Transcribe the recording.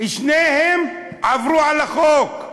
שניהם עברו על החוק.